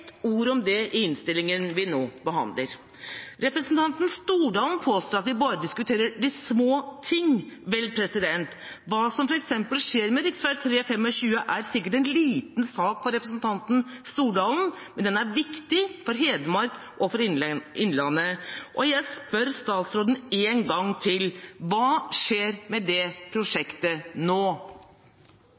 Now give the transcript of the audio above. ord om det i innstillingen vi nå behandler. Representanten Stordalen påstår at vi bare diskuterer de små ting. Vel, hva som f.eks. skjer med rv. 3/25, er sikkert en liten sak for representanten Stordalen, men den er viktig for Hedmark og for innlandet. Jeg spør statsråden en gang til: Hva skjer med det prosjektet nå?